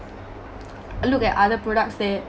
look at other products that